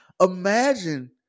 imagine